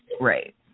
Right